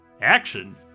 action